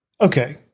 Okay